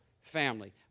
family